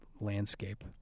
landscape